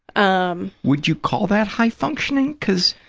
um would you call that high functioning, because.